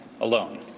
alone